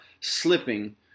slipping